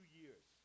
years